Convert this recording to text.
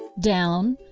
down,